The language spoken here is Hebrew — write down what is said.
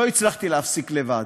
לא הצלחתי להפסיק לבד.